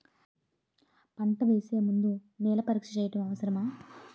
పంట వేసే ముందు నేల పరీక్ష చేయటం అవసరమా?